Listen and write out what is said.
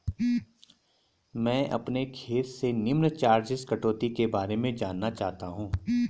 मैं अपने खाते से निम्न चार्जिज़ कटौती के बारे में जानना चाहता हूँ?